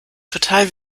total